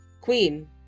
Queen